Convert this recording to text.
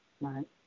Right